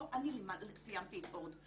לא, אני סיימתי את אורט.